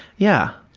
yeah.